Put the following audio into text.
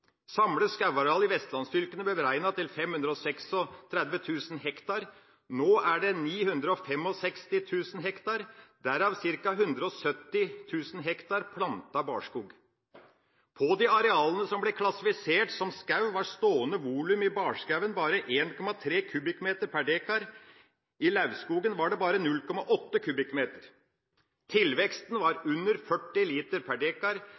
Samlet skogareal i vestlandsfylkene ble beregnet til 536 000 hektar. Nå er det 965 000 hektar, derav ca. 170 000 hektar plantet barskog. På de arealene som ble klassifisert som skog, var stående volum i barskogen bare 1,3 m3 per dekar, i lauvskogen var det bare 0,8 m3. Tilveksten var under 40 liter per